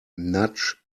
nudge